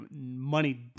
Money